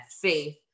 faith